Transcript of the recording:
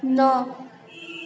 नओ